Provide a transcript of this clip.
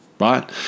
right